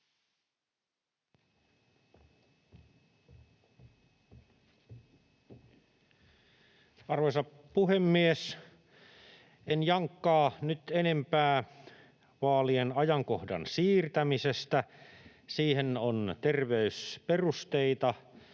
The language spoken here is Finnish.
Arvoisa puhemies! En jankkaa nyt enempää vaalien ajankohdan siirtämisestä. Siihen on terveysperusteita.